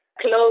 close